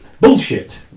bullshit